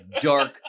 dark